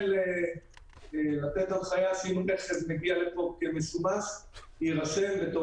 ייתן הנחיה שרכב שמגיע לפה כמשומש יירשם בתור